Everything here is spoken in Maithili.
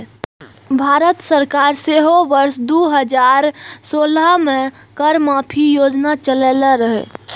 भारत सरकार सेहो वर्ष दू हजार सोलह मे कर माफी योजना चलेने रहै